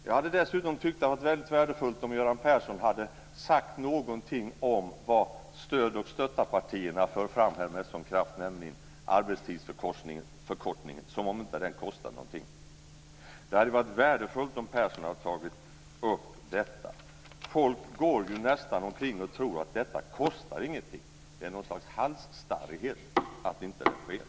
Jag hade dessutom tyckt att det hade varit väldigt värdefullt om Göran Persson hade sagt någonting om vad stöd och stöttapartierna för fram med sådan kraft som om det inte kostar någonting, nämligen arbetstidsförkortningen. Det hade varit värdefullt om Persson hade tagit upp detta. Folk går nästan omkring och tror att det inte kostar någonting. Det är något slags halsstarrighet som gör att det inte sker.